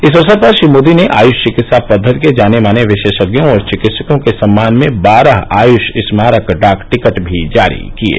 इस अक्सर पर श्री मोदी ने आयुष चिकित्सा पद्वति के जाने माने विशेषज्ञों और चिकित्सकों के सम्मान में बारह आयुष स्मारक डाक टिकट भी जारी किये